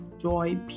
joy